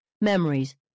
memories